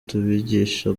tubigisha